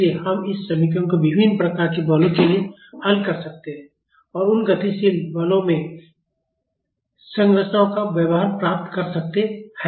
इसलिए हम इस समीकरण को विभिन्न प्रकार के बलों के लिए हल कर सकते हैं और उन गतिशील बलों में संरचनाओं का व्यवहार प्राप्त कर सकते हैं